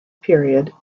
period